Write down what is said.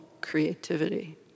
creativity